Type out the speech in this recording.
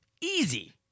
easy